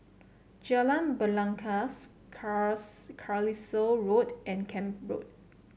Jalan Belangkas Carlisle Road and Camp Road